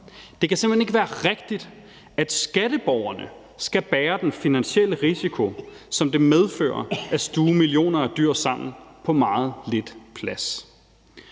det kan simpelt hen ikke være rigtigt, at skatteborgerne skal bære den finansielle risiko, som det medfører at stuve millioner af dyr sammen på meget lidt plads.